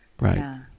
Right